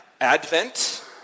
Advent